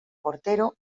portero